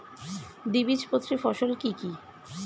দ্বিবীজপত্রী ফসল কি কি?